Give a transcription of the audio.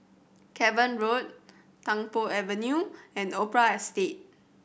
Cavan Road Tung Po Avenue and Opera Estate